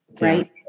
right